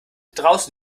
draußen